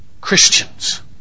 Christians